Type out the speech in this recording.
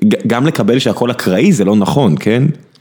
גם לקבל שהכל אקראי זה לא נכון, כן?